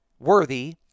Worthy